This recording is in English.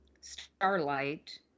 Starlight